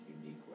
unique